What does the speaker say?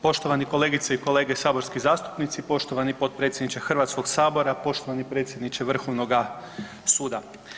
Poštovani kolegice i kolege saborski zastupnici, poštovani potpredsjedniče Hrvatskog sabora, poštovani predsjedniče Vrhovnoga suda.